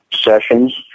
sessions